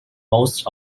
most